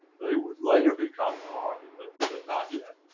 they would later be continental army but, but not yet,